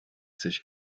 sich